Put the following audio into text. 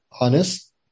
honest